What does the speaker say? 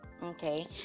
okay